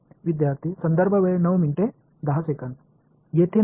विद्यार्थीः येथे नाही